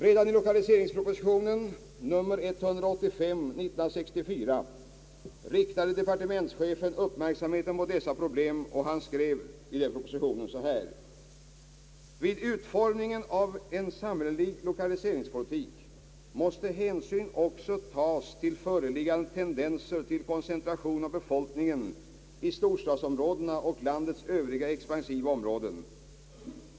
Redan i lokaliseringspropositionen — proposition nr 185 år 1964 — riktade departementschefen uppmärksamheten på dessa problem och skrev i propositionen följande: »Vid utformningen av en samhällelig lokaliseringspolitik måste hänsyn också tas till föreliggande tendenser till koncentration av befolkningen vid storstadsområdena och landets övriga expansiva områden.